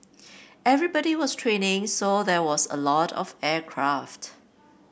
everybody was training so there was a lot of aircraft